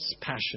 passion